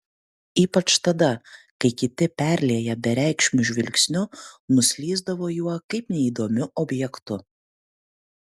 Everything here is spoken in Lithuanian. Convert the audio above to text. ypač tada kai kiti perlieję bereikšmiu žvilgsniu nuslysdavo juo kaip neįdomiu objektu